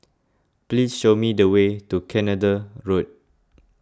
please show me the way to Canada Road